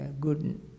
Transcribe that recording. good